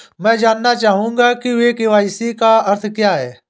मैं जानना चाहूंगा कि के.वाई.सी का अर्थ क्या है?